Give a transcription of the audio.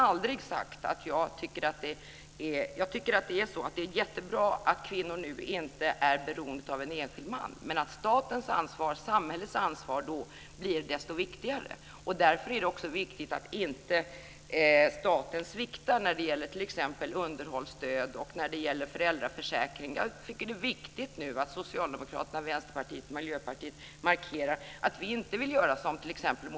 Inte vet jag. Jag tycker att det är jättebra att kvinnor inte är beroende av en enskild man. Men då blir statens ansvar, samhällets ansvar, ännu viktigare. Därför är det också viktigt att staten inte sviktar när det t.ex. gäller underhållsstöd och föräldraförsäkring. Jag tycker att det är viktigt att Socialdemokraterna, Vänsterpartiet och Miljöpartiet markerar att vi inte vill göra som t.ex.